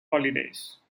holidays